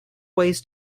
ways